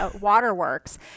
waterworks